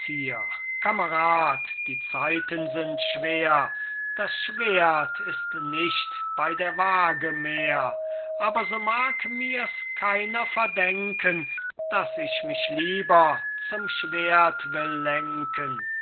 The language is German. kamerad die zeiten sind schwer das schwert ist nicht bei der waage mehr aber so mag mirs keiner verdenken daß ich mich lieber zum schwert will lenken